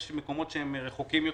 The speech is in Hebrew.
יש מקומות שהם רחוקים יותר,